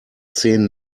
zehn